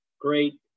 great